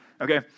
Okay